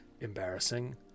embarrassing